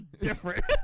different